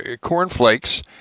cornflakes